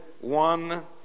one